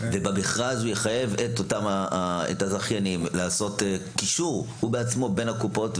שבו יחייב את הזכיינים לעשות קישור בין הקופות.